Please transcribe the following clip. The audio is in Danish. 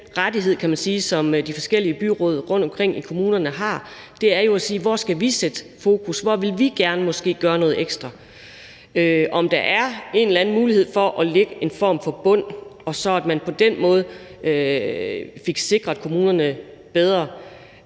sige, som de forskellige byråd rundtomkring i kommunerne har, nemlig at sige: Hvor skal vi sætte fokus, og hvor vil vi måske gerne gøre noget ekstra? Om der er en eller anden mulighed for at lægge en form for bund, så man på den måde fik sikret kommunerne bedre,